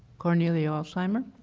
cornelia alsheimer?